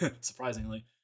Surprisingly